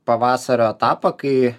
pavasario etapą kai